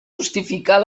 justificar